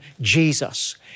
Jesus